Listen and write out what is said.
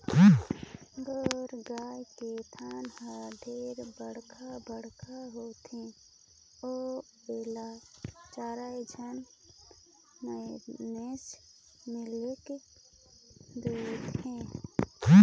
गीर गाय के थन हर ढेरे बड़खा बड़खा होथे अउ एला चायर झन मइनसे मिलके दुहथे